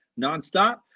nonstop